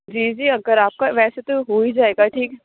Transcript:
جی جی اگر آپ کا ویسے تو ہو ہی جائے گا ٹھیک